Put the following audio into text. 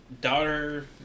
daughter